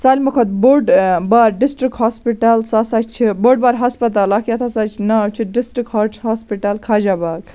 سٲلمو کھۄتہٕ بوٚڑ بار ڈِسٹرک ہاسپِٹَل سُہ ہَسا چھُ بوٚڑ بار ہَسپَتال اکھ یتھ ہَسا ناو چھُ ڈِسٹرک ہاڈ ہاسپِٹَل خاجہَ باغ